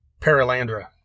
Paralandra